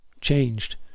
changed